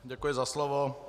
Děkuji za slovo.